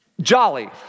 Jolly